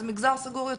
אז מגזר סגור יותר,